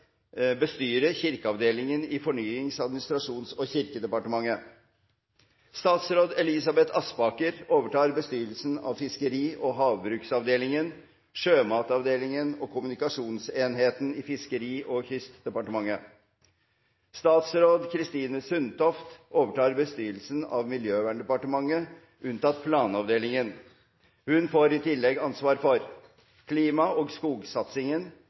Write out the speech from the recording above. Kirkeavdelingen i Fornyings-, administrasjons- og kirkedepartementet. Statsråd Elisabeth Aspaker overtar bestyrelsen av Fiskeri- og havbruksavdelingen, Sjømatavdelingen og Kommunikasjonsenheten i Fiskeri- og kystdepartementet. Statsråd Kristine Sundtoft overtar bestyrelsen av Miljøverndepartementet, unntatt Planavdelingen. Hun får i tillegg ansvar for: – klima- og skogsatsingen,